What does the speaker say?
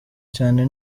cyane